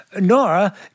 Nora